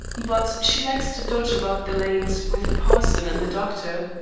but she likes to dodge about the lanes with the parson and the doctor.